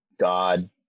God